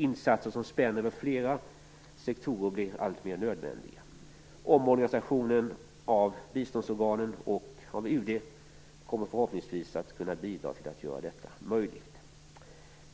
Insatser som spänner över flera sektorer blir alltmer nödvändiga. Omorganisationen av biståndsorganen och av UD bidrar, förhoppningsvis, till att det blir möjligt;